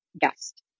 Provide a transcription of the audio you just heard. guest